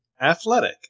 Athletic